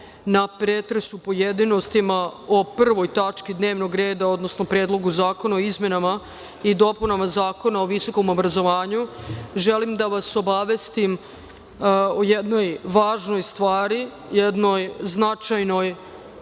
na pretres u pojedinostima o Prvoj tački dnevnog reda, odnosno Predlogu zakona o izmenama i dopunama Zakona o visokom obrazovanju, želim da vas obavestim o jednoj važnoj stvari, jednoj maloj